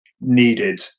needed